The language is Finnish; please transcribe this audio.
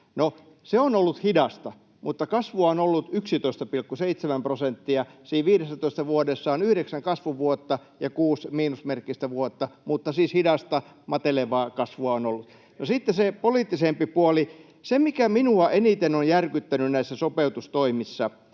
se on ollut hidasta, mutta kasvua on ollut 11,7 prosenttia. Siinä 15 vuodessa on yhdeksän kasvun vuotta ja kuusi miinusmerkkistä vuotta, mutta siis hidasta, matelevaa kasvua on ollut. No, sitten se poliittisempi puoli, se, mikä minua eniten on järkyttänyt näissä sopeutustoimissa: